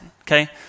okay